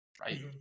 Right